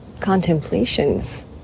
contemplations